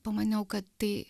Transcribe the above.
pamaniau kad tai